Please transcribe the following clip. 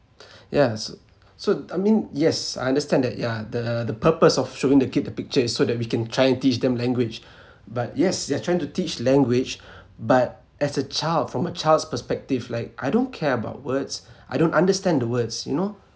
yes so I mean yes I understand that yeah the the purpose of showing the kid the picture is so that we can try and teach them language but yes they're trying to teach language but as a child from a child's perspective like I don't care about words I don't understand the words you know